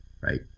right